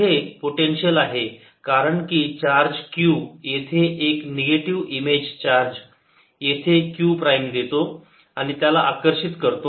तिथे पोटेन्शियल आहे कारण की चार्ज क्यू येथे एक निगेटिव्ह इमेज चार्ज येथे q प्राईम देतो आणि त्याला आकर्षित करते